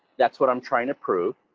that's what i'm trying to prove,